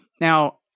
Now